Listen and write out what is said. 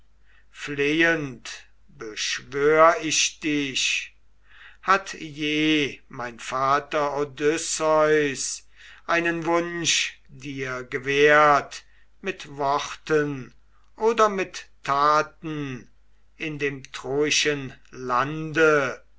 flehend beschwör ich dich hat je mein vater odysseus einen wunsch dir gewährt mit worten oder mit taten in dem troischen lande